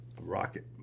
rocket